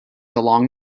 along